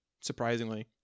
Surprisingly